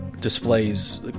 Displays